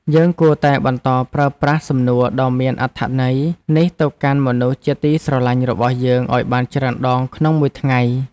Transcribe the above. យើងគួរតែបន្តប្រើប្រាស់សំណួរដ៏មានអត្ថន័យនេះទៅកាន់មនុស្សជាទីស្រឡាញ់របស់យើងឱ្យបានច្រើនដងក្នុងមួយថ្ងៃ។